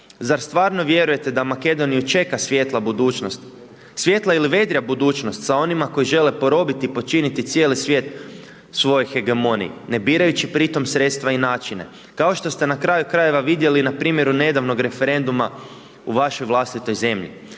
Zar stvarno vjerujete da Makedoniju čeka svjetla budućnost, svijetla ili vedrija budućnost sa onima koji žele porobiti i počiniti cijeli svijet svojih .../Govornik se ne razumije./... ne birajući pri tome sredstva i načine. Kao što ste na kraju krajeva vidjeli na primjeru nedavnog referenduma u vašoj vlastitoj zemlji?